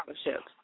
scholarships